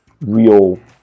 real